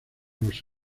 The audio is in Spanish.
los